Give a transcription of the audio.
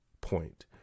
point